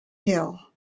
hill